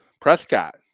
Prescott